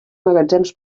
magatzems